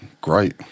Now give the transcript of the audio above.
great